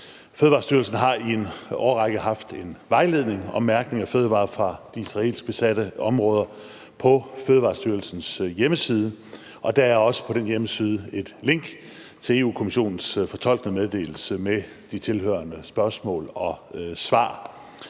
Fødevarestyrelsen har i en årrække haft en vejledning om mærkning af fødevarer fra de israelsk besatte områder på Fødevarestyrelsens hjemmeside, og der er også på den hjemmeside et link til Europa-Kommissionens fortolkende meddelelse med de tilhørende spørgsmål og svar.